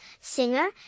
singer